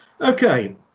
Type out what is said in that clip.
Okay